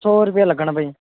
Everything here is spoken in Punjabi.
ਸੌ ਰੁਪਇਆ ਲੱਗਣ ਬਈ